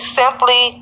simply